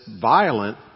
violent